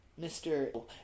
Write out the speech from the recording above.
Mr